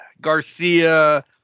Garcia